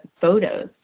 photos